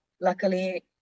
luckily